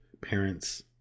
parents